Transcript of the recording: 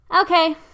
okay